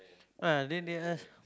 ah then they ask